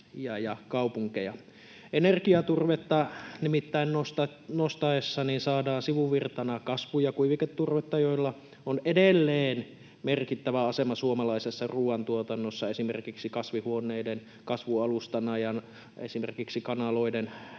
energiaturvetta nostettaessa saadaan sivuvirtana kasvu- ja kuiviketurvetta, joilla on edelleen merkittävä asema suomalaisessa ruoantuotannossa, esimerkiksi kasvihuoneiden kasvualustana ja esimerkiksi kanaloiden